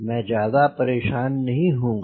मैं ज्यादा परेशान नहीं हूँ गा